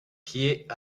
pied